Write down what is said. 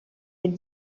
est